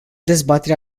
dezbaterea